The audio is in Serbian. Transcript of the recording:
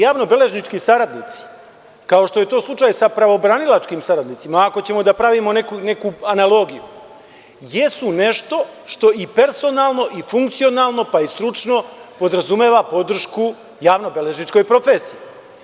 Javno beležnički saradnici, kao što je to slučaj sa pravobranilačkim saradnicima, ako ćemo da pravimo neku analogiju, jesu nešto što i personalno i funkcionalno, pa i stručno podrazumeva podršku javno beležničkoj profesiji.